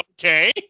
okay